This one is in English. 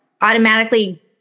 automatically